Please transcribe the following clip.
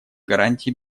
гарантии